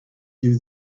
you